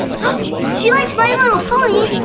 but she likes my little pony.